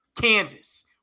Kansas